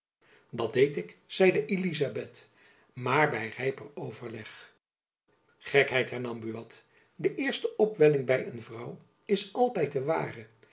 dat deed ik zeide elizabeth maar by rijper overleg gekheid hernam buat de eerste opwelling by een vrouw is altijd de ware